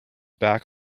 back